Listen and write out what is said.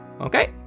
Okay